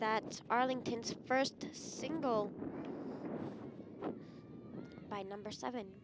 that arlington's first single by number seven